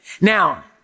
Now